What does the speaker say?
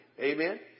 amen